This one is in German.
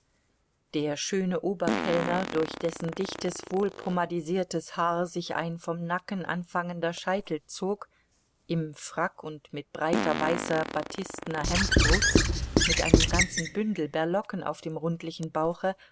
der schöne oberkellner durch dessen dichtes wohlpomadisiertes haar sich ein vom nacken anfangender scheitel zog im frack und mit breiter weißer batistner hemdbrust mit einem ganzen bündel berlocken auf dem rundlichen bauche